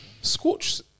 Scorch